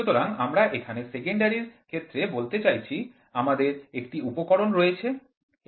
সুতরাং আমরা এখানে সেকেন্ডারি এর ক্ষেত্রে বলতে চাইছি আমাদের একটি উপকরণ রয়েছে এই যন্ত্রটি ক্রমাঙ্কিত করে নিতে হবে